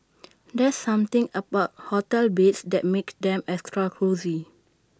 there's something about hotel beds that makes them extra cosy